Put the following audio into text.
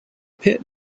pit